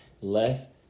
left